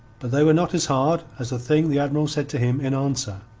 but they were not as hard as the thing the admiral said to him in answer.